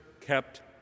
kept